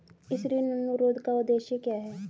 इस ऋण अनुरोध का उद्देश्य क्या है?